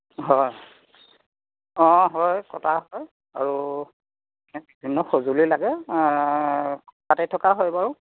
হয় অ' হয় কটা হয় আৰু সঁজুলি লাগে কাটি থকা হয় বাৰু